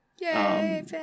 Yay